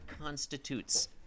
constitutes